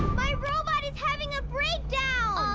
my robot is having a breakdown! all